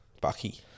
Bucky